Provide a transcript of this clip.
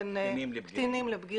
בין קטינים לבגירים,